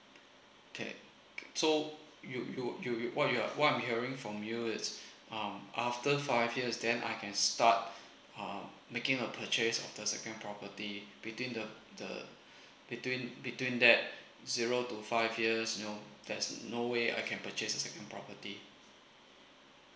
K so you you you you what you are what I'm hearing from you is um after five years then I can start um making a purchase of the second property between the the between between that zero to five years you know there's no way I can purchase a second property